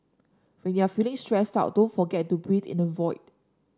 when you are feeling stressed out don't forget to breathe in the void